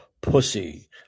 pussy